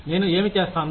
నేను ఏమి చేస్తారు